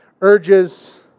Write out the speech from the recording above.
urges